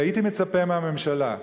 והייתי מצפה מהממשלה,